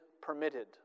permitted